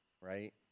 right